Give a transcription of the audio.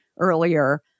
earlier